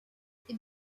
est